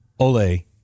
Ole